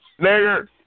Nigger